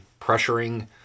pressuring